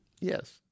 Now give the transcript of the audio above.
Yes